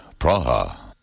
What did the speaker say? Praha